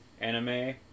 anime